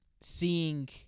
seeing